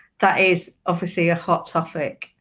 that is obviously a hot topic.